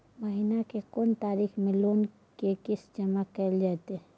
महीना के कोन तारीख मे लोन के किस्त जमा कैल जेतै?